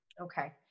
Okay